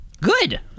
Good